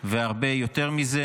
והרבה יותר מזה.